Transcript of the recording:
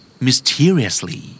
Mysteriously